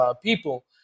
people